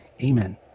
Amen